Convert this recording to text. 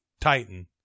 Titan